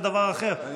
זה דבר אחר,